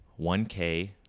1K